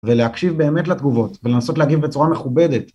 ולהקשיב באמת לתגובות ולנסות להגיב בצורה מכובדת